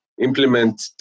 implement